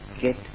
get